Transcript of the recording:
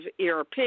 ERP